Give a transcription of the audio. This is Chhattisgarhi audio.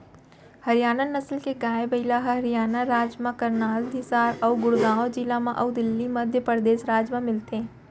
हरियाना नसल के गाय, बइला ह हरियाना राज म करनाल, हिसार अउ गुड़गॉँव जिला म अउ दिल्ली, मध्य परदेस राज म मिलथे